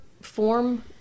form